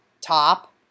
top